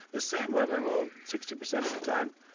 the same women will sixty percent of the time,